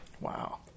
Wow